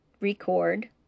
record